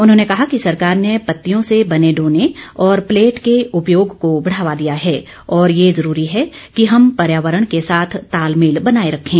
उन्होंने कहा कि सरकार ने पतियों से बने डोने और प्लेट के उपयोग को बढ़ावा दिया है और ये जरूरी है कि हम पर्यावरण के साथ तालमेल बनाए रखें